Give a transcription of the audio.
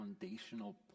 foundational